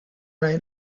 only